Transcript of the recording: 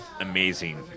amazing